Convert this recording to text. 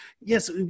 yes